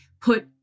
put